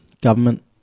government